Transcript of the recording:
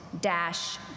dash